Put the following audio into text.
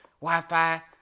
Wi-Fi